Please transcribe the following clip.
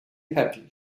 happy